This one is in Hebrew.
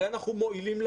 הרי שאנחנו מועילים למערכת.